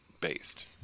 based